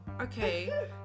okay